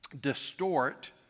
distort